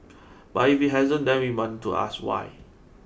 but if it hasn't then we want to ask why